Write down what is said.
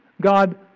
God